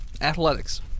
Athletics